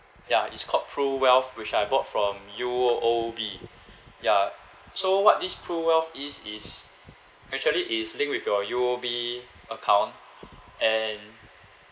ya it's called pru wealth which I bought from U_O_B ya so what this pru wealth is is actually is linked with your U_O_B account and